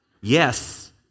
yes